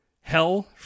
Hell